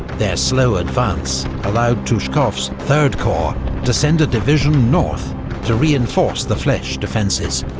their slow advance allowed tuchkov's third corps to send a division north to reinforce the fleches defences.